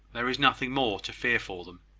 there is nothing more to fear for them.